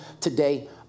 today